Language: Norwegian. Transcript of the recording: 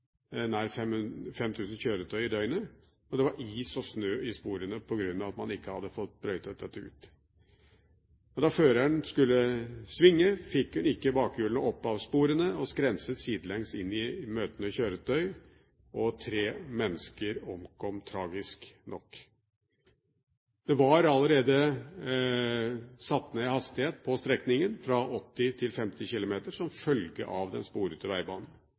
nær 5 000 kjøretøy i døgnet, og det var is og snø i sporene på grunn av at man ikke hadde fått brøytet. Da føreren skulle svinge, fikk hun ikke bakhjulene opp av sporene og skrenset sidelengs inn i møtende kjøretøy. Tre mennesker omkom – tragisk nok. Hastigheten på strekningen var allerede satt ned fra 80 km/t til 50 km/t som følge av den